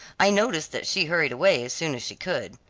i noticed that she hurried away as soon as she could.